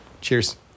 Cheers